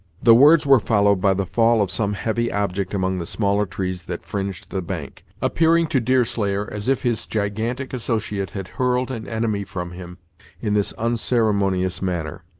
the words were followed by the fall of some heavy object among the smaller trees that fringed the bank, appearing to deerslayer as if his gigantic associate had hurled an enemy from him in this unceremonious manner.